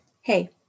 Hey